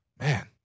Man